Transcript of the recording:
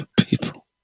people